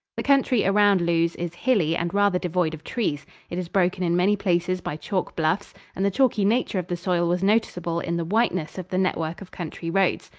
the country around lewes is hilly and rather devoid of trees. it is broken in many places by chalk bluffs, and the chalky nature of the soil was noticeable in the whiteness of the network of country roads.